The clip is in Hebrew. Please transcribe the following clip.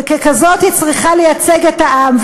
וככזאת היא צריכה לייצג את העם.